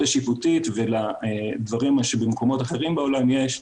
השיפוטית ולדברים שבמקומות אחרים בעולם יש,